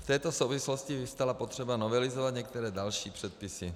V této souvislosti vyvstala potřeba novelizovat některé další předpisy.